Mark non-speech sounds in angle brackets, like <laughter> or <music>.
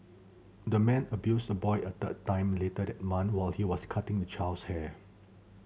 the man abused the boy a third time later that month while he was cutting the child's hair <noise>